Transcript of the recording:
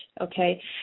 okay